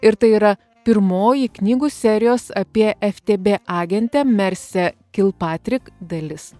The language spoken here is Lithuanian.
ir tai yra pirmoji knygų serijos apie ef te bė agentę mersę kilpatrik dalis